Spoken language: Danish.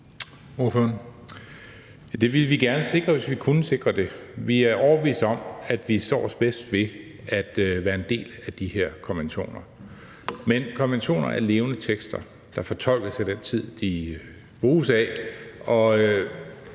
Det ville vi gerne sikre, hvis vi kunne sikre det. Vi er overbeviste om, at vi står os bedst ved at være en del af de her konventioner. Men konventioner er levende tekster, der fortolkes af den tid, de bruges i.